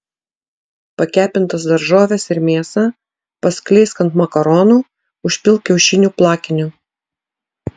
pakepintas daržoves ir mėsą paskleisk ant makaronų užpilk kiaušinių plakiniu